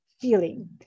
feeling